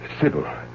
Sybil